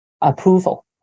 approval